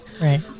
Right